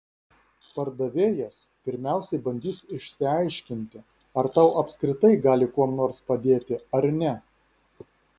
pardavėjas pirmiausiai bandys išsiaiškinti ar tau apskritai gali kuom nors padėti ar ne